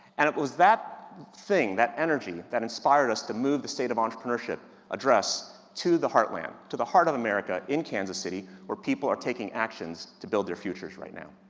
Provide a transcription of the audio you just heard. and it was that thing, that energy, that inspired us to move the state of entrepreneurship address to the heart land, to the heart of america, in kansas city, where people are taking actions to build their futures right now.